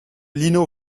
lino